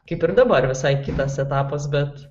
kaip ir dabar visai kitas etapas bet